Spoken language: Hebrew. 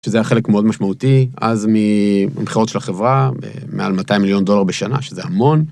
‫שזה היה חלק מאוד משמעותי, ‫אז ממכירות של החברה ‫מעל 200 מיליון דולר בשנה, שזה המון.